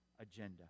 agenda